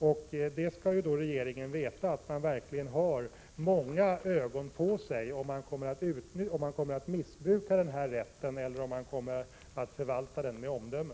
Regeringen skall veta att den verkligen har många ögon på sig och att man runt om i landet noggrant kommer att följa om uppdraget missbrukas eller förvaltas med omdöme.